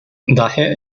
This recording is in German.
daher